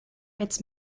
its